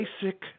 basic